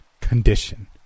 condition